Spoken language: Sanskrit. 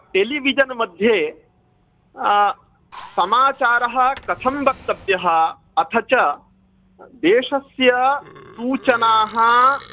टेलीविजन् मध्ये समाचारः कथं वक्तव्यः अथ च देशस्य सूचनाः